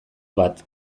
bat